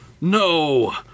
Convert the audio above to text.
No